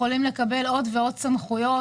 יכולים לקבל עוד ועוד סמכויות.